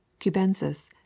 cubensis